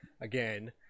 again